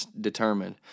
determined